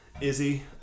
Izzy